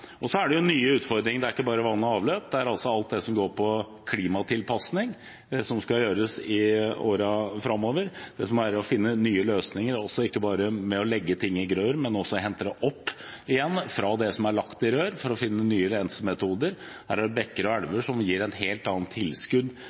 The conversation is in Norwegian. mye. Så er det nye utfordringer. Det er ikke bare vann og avløp. Det er også alt som gjelder klimatilpasning som skal gjøres i årene framover. Det dreier seg om å finne nye løsninger ikke bare ved å legge ting i rør, men også hente opp igjen det som er lagt i rør, for å finne nye rensemetoder. Her er det bekker og elver som gir et helt annet tilskudd til byer og tettsteder, og kan ha en helt annen